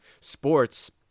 sports